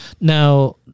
Now